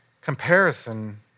comparison